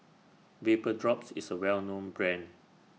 Vapodrops IS A Well known Brand